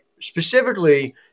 specifically